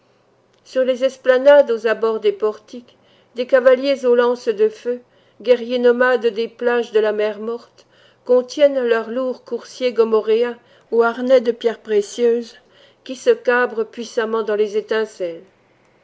sur les esplanades aux abords des portiques des cavaliers aux lances de feu guerriers nomades des plages de la mer morte contiennent leurs lourds coursiers gomorrhéens aux harnais de pierres précieuses qui se cabrent puissamment dans les étincelles